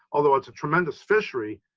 although it's a tremendous fishery.